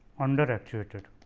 under actuated